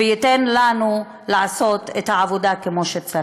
וייתן לנו לעשות את העבודה כמו שצריך.